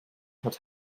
hat